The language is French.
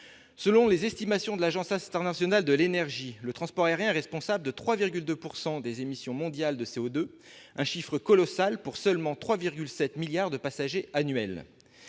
Selon les estimations de l'Agence internationale de l'énergie, le transport aérien est responsable de 3,2 % des émissions mondiales de CO2, un chiffre colossal pour seulement 3,7 milliards de passagers annuels.